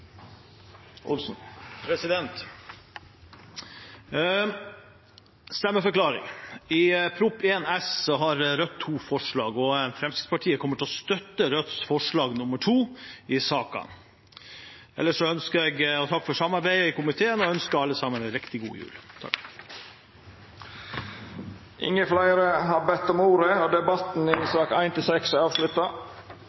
stemmeforklaring: I innstillingen til Prop. 1 S for 2021–2022 har Rødt to forslag, og Fremskrittspartiet kommer til å støtte Rødts forslag nr. 2 i saken. Ellers ønsker jeg å takke for samarbeidet i komiteen og ønsker alle sammen en riktig god jul. Fleire har ikkje bedt om ordet til sakene nr. 1–6. Etter ynske frå kontroll- og